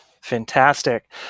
Fantastic